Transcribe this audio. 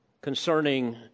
concerning